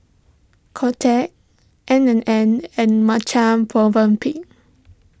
Kotex N ana N and Marche Movenpick